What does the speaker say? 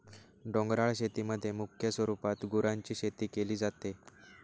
डोंगराळ शेतीमध्ये मुख्य स्वरूपात गुरांची शेती केली जाते